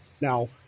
Now